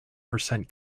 percent